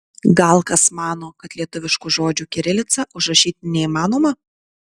gal kas mano kad lietuviškų žodžių kirilica užrašyti neįmanoma